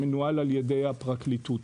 שמנוהל על ידי הפרקליטות.